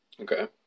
Okay